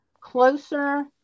closer